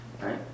Right